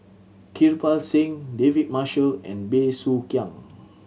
Kirpal Singh David Marshall and Bey Soo Khiang